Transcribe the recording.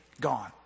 gone